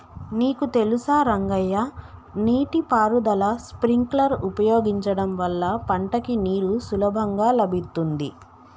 నీకు తెలుసా రంగయ్య నీటి పారుదల స్ప్రింక్లర్ ఉపయోగించడం వల్ల పంటకి నీరు సులభంగా లభిత్తుంది